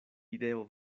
ideo